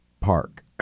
park